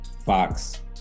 Fox